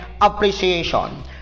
appreciation